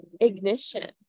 ignition